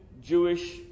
Jewish